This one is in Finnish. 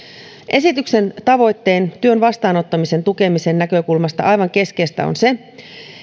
esityksen tavoitteen työn vastaanottamisen tukemisen näkökulmasta aivan keskeistä on se